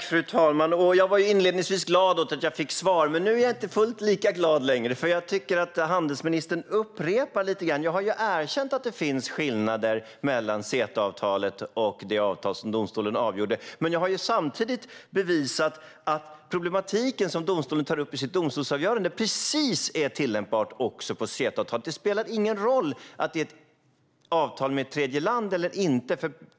Fru talman! Jag var inledningsvis glad över att jag fick svar. Men nu är jag inte fullt lika glad längre, eftersom jag tycker att handelsministern upprepar lite grann. Jag har erkänt att det finns skillnader mellan CETA-avtalet och det avtal som domstolen avgjorde. Men jag har samtidigt bevisat att den problematik som domstolen tar upp i sitt domstolsavgörande är precis tillämpbart på CETA-avtalet också. Det spelar ingen roll om det är ett avtal med tredjeland eller inte.